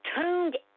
tuned